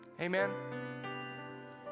amen